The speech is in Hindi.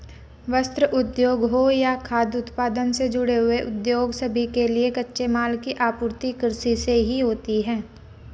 वस्त्र उद्योग हो या खाद्य उत्पादन से जुड़े उद्योग सभी के लिए कच्चे माल की आपूर्ति कृषि से ही होती है